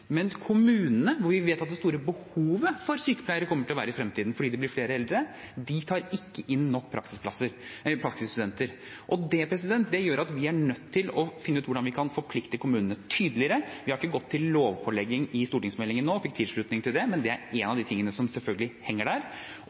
mens kommunene, hvor vi vet at det store behovet for sykepleiere kommer til å være i fremtiden fordi det blir flere eldre, tar ikke inn nok praksisstudenter. Det gjør at vi er nødt til å finne ut hvordan vi kan forplikte kommunene tydeligere. Vi har ikke gått til lovpålegg i stortingsmeldingen, og fikk tilslutning til det, men det er én av de tingene som selvfølgelig henger der.